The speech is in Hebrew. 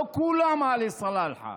לא כולם עלי סלאלחה.